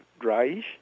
dryish